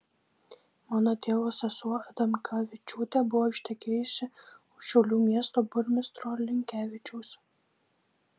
mano tėvo sesuo adamkavičiūtė buvo ištekėjusi už šiaulių miesto burmistro linkevičiaus